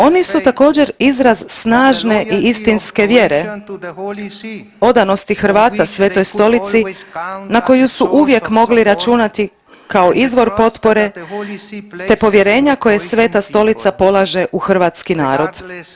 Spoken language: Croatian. Oni su također izraz snažne i istinske vjere, odanosti Hrvata Svetoj Stolici na koju su uvijek mogli računati kao izvor potpore te povjerenja koje Sveta Stolica polaže u hrvatski narod.